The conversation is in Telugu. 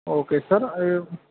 ఓకే సార్ అవ్